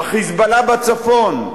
מה"חיזבאללה" בצפון,